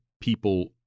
people